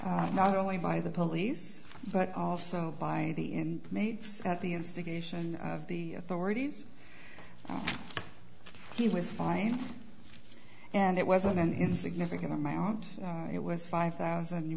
not only by the police but also by the end mates at the instigation of the authorities he was fine and it wasn't an insignificant amount it was five thousand